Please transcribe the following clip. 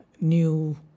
new